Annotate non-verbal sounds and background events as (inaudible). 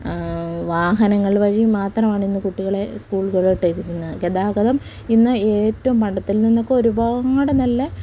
വാഹനങ്ങൾ വഴി മാത്രമാണ് ഇന്ന് കുട്ടികളെ സ്കൂളുകളിൽ (unintelligible) ഗതാഗതം ഇന്ന് ഏറ്റവും പണ്ടത്തേതിൽ നിന്നൊക്കെ ഒരുപാട് നല്ല